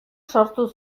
sortu